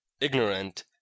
ignorant